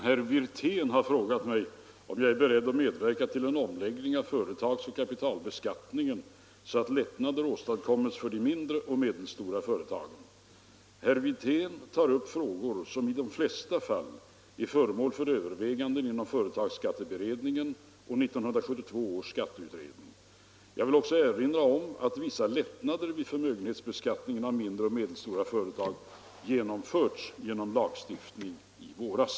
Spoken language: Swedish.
Herr talman! Herr Wirtén har frågat mig om jag är beredd att medverka till en omläggning av företagsoch kapitalbeskattningen så att lättnader åstadkommes för de mindre och medelstora företagen. Herr Wirtén tar upp frågor som i de flesta fall är föremål för överväganden inom företagsskatteberedningen och 1972 års skatteutredning. Jag vill också erinra om att vissa lättnader vid förmögenhetsbeskattningen av mindre och medelstora företag genomförts genom lagstiftning i våras.